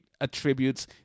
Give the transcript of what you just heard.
attributes